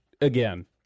again